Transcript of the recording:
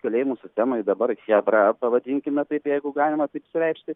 kalėjimų sistemoj dabar chebra pavadinkime taip jeigu galima taip išsireikšti